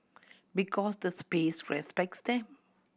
because the space respects them